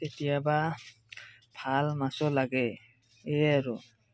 কেতিয়াবা ভাল মাছো লাগে এয়ে আৰু